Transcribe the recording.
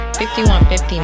5150